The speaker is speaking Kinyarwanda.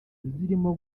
zirimo